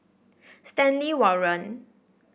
Stanley Warren